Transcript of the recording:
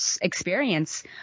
experience